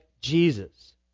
Jesus